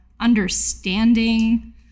Understanding